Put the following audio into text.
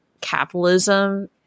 capitalism